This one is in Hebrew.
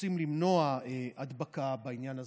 רוצים למנוע הדבקה בעניין הזה,